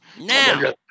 Now